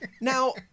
Now